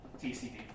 TCD